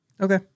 Okay